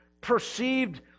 perceived